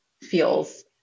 feels